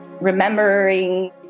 remembering